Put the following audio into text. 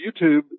YouTube